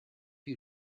you